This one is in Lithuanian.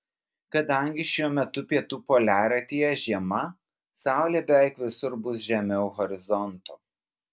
kadangi šiuo metu pietų poliaratyje žiema saulė beveik visur bus žemiau horizonto